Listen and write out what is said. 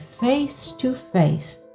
face-to-face